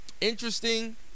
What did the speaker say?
Interesting